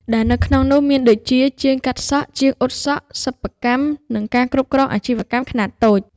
ដែលនៅក្នុងនោះមានដូចជា ជាងកាត់ដេរ ជាងអ៊ុតសក់ សិប្បកម្ម និងការគ្រប់គ្រងអាជីវកម្មខ្នាតតូច។